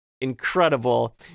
incredible